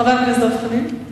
חבר הכנסת דב חנין?